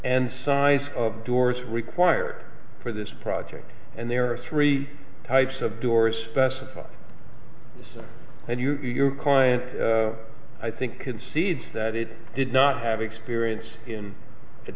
and size of doors required for this project and there are three types of door specified and you your client i think concedes that it did not have experience in at